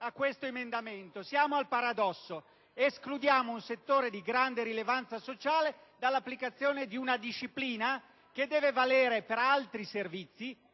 MAZZATORTA *(LNP)*. Siamo al paradosso. Escludiamo un settore di grande rilevanza sociale dall'applicazione di una disciplina che deve valere per altri servizi